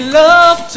love